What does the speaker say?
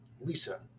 Lisa